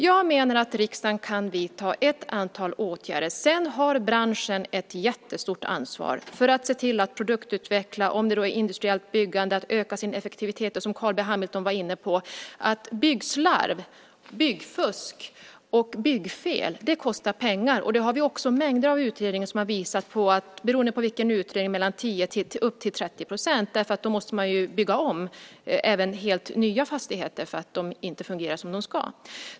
Jag menar att riksdagen kan vidta ett antal åtgärder. Sedan har branschen ett jättestort ansvar för att se till att produktutveckla och, om det då är industriellt byggande, att öka sin effektivitet. Och som Carl B Hamilton var inne på kostar byggslarv, byggfusk och byggfel pengar. Vi har mängder av utredningar som visar att det handlar om från 10 upp till 30 %, beroende på vilken utredning det är. Man måste ju då bygga om även helt nya fastigheter för att de inte fungerar som de ska.